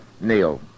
Neil